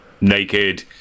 naked